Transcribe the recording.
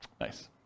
Nice